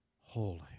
holy